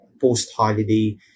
post-holiday